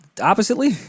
Oppositely